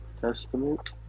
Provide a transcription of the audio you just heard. testament